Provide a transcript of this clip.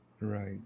Right